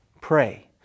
pray